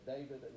David